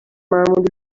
معمولی